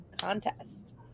contest